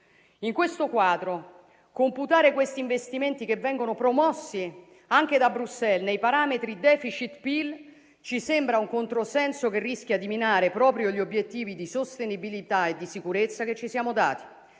In questo quadro, computare questi investimenti, che vengono promossi anche da Bruxelles, nei parametri *deficit*-PIL ci sembra un controsenso che rischia di minare proprio gli obiettivi di sostenibilità e di sicurezza che ci siamo dati.